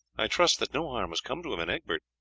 i trust that no harm has come to him and egbert.